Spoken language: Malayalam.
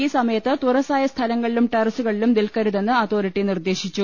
ഈ സമയത്ത് തുറസ്സായ സ്ഥലങ്ങളിലും ടെറസുകളിലും നിൽക്കരുതെന്ന് അതോറിറ്റി നിർദ്ദേശിച്ചു